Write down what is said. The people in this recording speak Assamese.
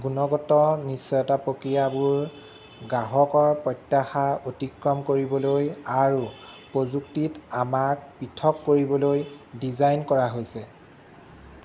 গুণগত নিশ্চয়তা প্ৰক্ৰিয়াবোৰ গ্ৰাহকৰ প্ৰত্যাশা অতিক্ৰম কৰিবলৈ আৰু প্ৰযুক্তিত আমাক পৃথক কৰিবলৈ ডিজাইন কৰা হৈছে